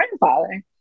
grandfather